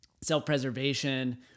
self-preservation